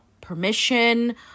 permission